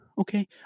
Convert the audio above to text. okay